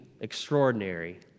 extraordinary